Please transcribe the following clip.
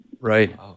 Right